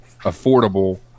affordable